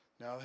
Now